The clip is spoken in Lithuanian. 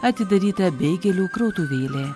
atidaryta beigelių krautuvėlė